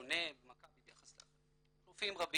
שונה מכבי ביחס לאחרים, יש רופאים רבים,